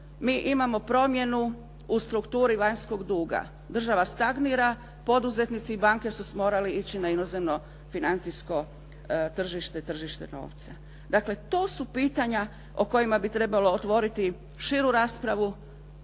mi imamo promjenu u strukturi vanjskog duga. Država stagnira, poduzetnici i banke su morali ići na inozemno financijsko tržište, tržište novca. Dakle, to su pitanja o kojima bi trebalo otvoriti širu raspravu,